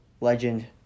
Legend